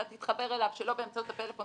אתה תתחבר אליו שלא באמצעות הפלאפון,